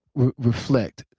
reflect.